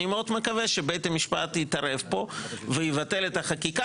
אני מאוד מקווה שבית המשפט יתערב פה ויבטל את החקיקה,